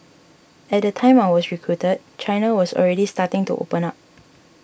at the time I was recruited China was already starting to open up